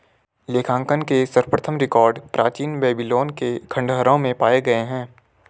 लेखांकन के सर्वप्रथम रिकॉर्ड प्राचीन बेबीलोन के खंडहरों में पाए गए हैं